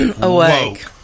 Awake